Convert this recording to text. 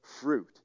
fruit